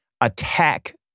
attack